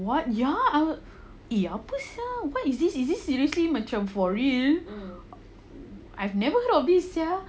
what ya ya eh apa [sial] this is this seriously macam for real I've never heard of this sia